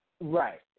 right